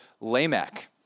Lamech